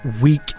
weak